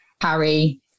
Harry